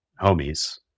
homies